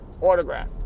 autograph